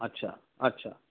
আচ্ছা আচ্ছা